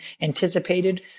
anticipated